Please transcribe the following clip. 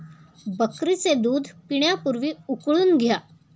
बकरीचे दूध पिण्यापूर्वी उकळून घ्या